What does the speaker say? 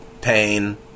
Pain